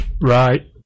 Right